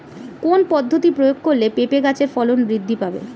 কোন পদ্ধতি প্রয়োগ করলে পেঁপে গাছের ফলন বৃদ্ধি পাবে?